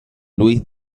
luis